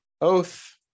Oath